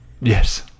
Yes